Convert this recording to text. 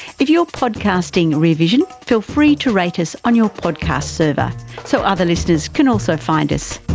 if you're podcasting rear vision feel free to rate us on you podcast server so other listeners can also find us.